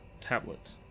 tablet